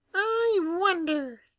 i wonder,